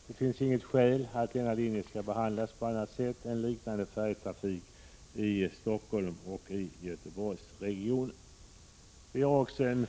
Det finns därför inget skäl för att denna linje skall behandlas på annat sätt än liknande färjetrafik i Helsingforssoch Göteborgsregionerna.